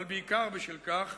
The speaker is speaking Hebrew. אבל בעיקר בשל כך